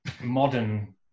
modern